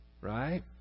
Right